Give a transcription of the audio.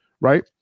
right